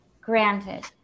Granted